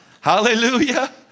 Hallelujah